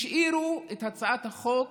השאירו את הצעת החוק